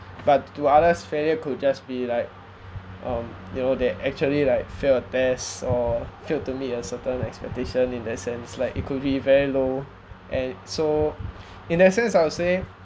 but to others failure could just be like (um)you know they actually like fail a test or failed to meet a certain expectation in that sense like it could be very low and so in that sense I would say